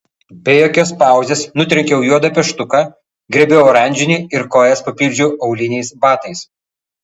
be jokios pauzės nutrenkiau juodą pieštuką griebiau oranžinį ir kojas papildžiau auliniais batais